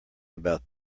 about